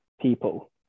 people